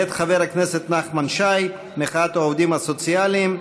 מאת חבר הכנסת נחמן שי, מחאת העובדים הסוציאליים.